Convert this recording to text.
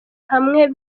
hamwe